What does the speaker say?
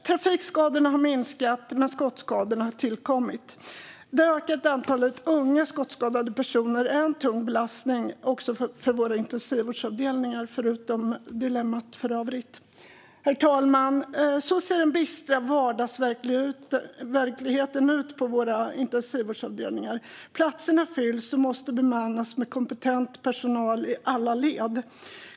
Trafikskadorna har minskat, men skottskadorna har tillkommit. Det ökade antalet unga skottskadade personer är en tung belastning också för våra intensivvårdsavdelningar, förutom dilemmat i övrigt. Herr talman! Så ser den bistra vardagsverkligheten ut på våra intensivvårdsavdelningar. Platserna fylls och måste bemannas med kompetent personal i alla led.